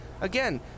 Again